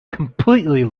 completely